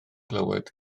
glywed